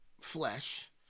flesh